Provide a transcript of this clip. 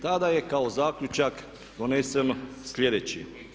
Tada je kao zaključak donesen sljedeći.